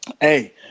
Hey